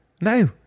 No